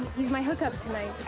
he's my hookup tonight.